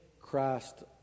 Christ